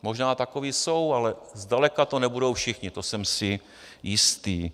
Možná takoví jsou, ale zdaleka to nebudou všichni, to jsem si jistý.